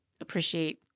appreciate